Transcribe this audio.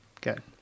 Good